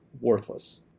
worthless